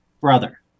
brother